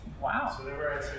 Wow